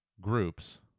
groups